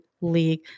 league